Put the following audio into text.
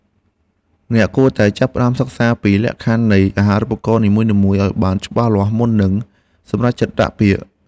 អ្នកគួរតែចាប់ផ្តើមសិក្សាពីលក្ខខណ្ឌនៃអាហារូបករណ៍នីមួយៗឱ្យបានច្បាស់លាស់មុននឹងសម្រេចចិត្តដាក់ពាក្យ។